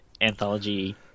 anthology